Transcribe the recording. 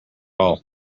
all